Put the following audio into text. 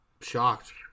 Shocked